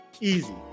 Easy